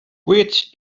which